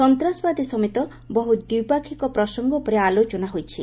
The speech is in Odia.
ସନ୍ତାସବାଦୀ ସମେତ ବହୁ ଦ୍ୱିପକ୍ଷୀୟ ପ୍ରସଙ୍ଗ ଉପରେ ଆଲୋଚନା ହୋଇଛି